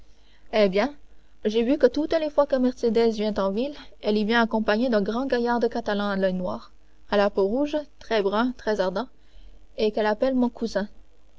eh bien j'ai vu que toutes les fois que mercédès vient en ville elle y vient accompagnée d'un grand gaillard de catalan à l'oeil noir à la peau rouge très brun très ardent et qu'elle appelle mon cousin